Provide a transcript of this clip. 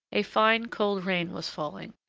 a fine, cold rain was falling,